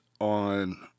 on